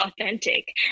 authentic